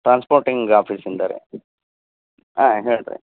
transporting ಆಫೀಸಿಂದ ರೀ ಹಾಂ ಹೇಳಿರಿ